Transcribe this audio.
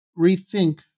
rethink